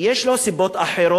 יש לו אולי סיבות אחרות,